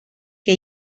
que